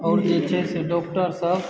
आओर जे छै से डॉक्टरसभ